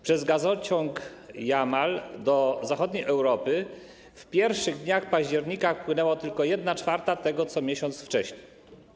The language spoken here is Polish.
Przez gazociąg Jamał do zachodniej Europy w pierwszych dniach października wpłynęła tylko 1/4 tego, co miesiąc wcześniej.